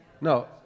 No